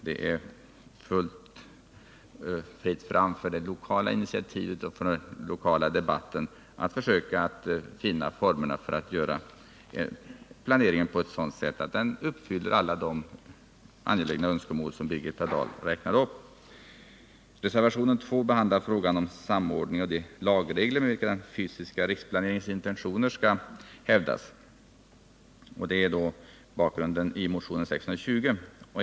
Det är fritt fram för det lokala initiativet och för den lokala debatten att försöka finna formerna för planeringen så att den uppfyller alla de angelägna önskemål som Birgitta Dahl räknade upp. I reservationen 2 behandlas frågan om samordning av de lagregler med vilka den fysiska riksplaneringens intentioner skall hävdas. Bakgrunden till reservationen är motionen 620.